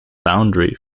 boundary